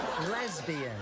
lesbian